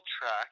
track